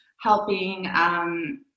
helping